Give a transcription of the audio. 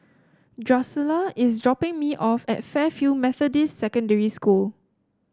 Drusilla is dropping me off at Fairfield Methodist Secondary School